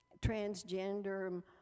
transgender